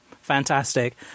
fantastic